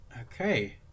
Okay